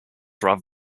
rather